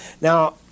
Now